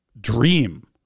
dream